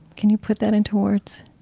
can you put that into words?